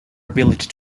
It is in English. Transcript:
ability